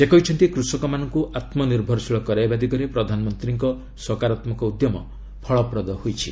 ସେ କହିଛନ୍ତି କୃଷକମାନଙ୍କୁ ଆତ୍ମନିର୍ଭରଶୀଳ କରାଇବା ଦିଗରେ ପ୍ରଧାନମନ୍ତ୍ରୀଙ୍କ ସକାରାତ୍ମକ ଉଦ୍ୟମ ଫଳପ୍ରଦ ହୋଇଛି